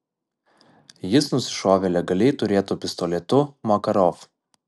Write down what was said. jis nusišovė legaliai turėtu pistoletu makarov